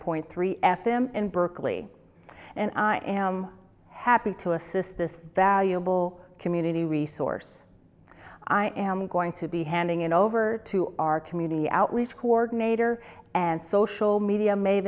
point three f m in berkeley and i happy to assist this valuable community resource i am going to be handing it over to our community outreach coordinator and social media